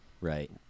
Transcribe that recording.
right